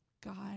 God